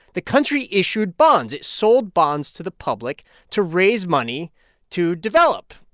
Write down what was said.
the country issued bonds. it sold bonds to the public to raise money to develop.